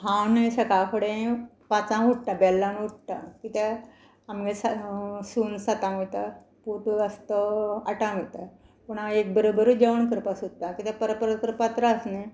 हांव न्ही सकाळ फुडें पांचां उठ्ठा बेल लावन उठ्ठा कित्या आमगे सून सातां वयता पूत आसा तो आठांत वयता पूण हांव एक बरोबर जेवण करपा सोदता किद्या परत परत करपा त्रास न्ही